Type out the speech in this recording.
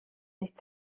nicht